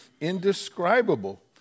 indescribable